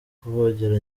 kuvogera